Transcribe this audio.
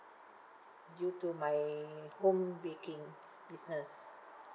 due to my home baking business